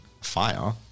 Fire